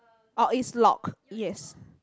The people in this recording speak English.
orh it's lock yes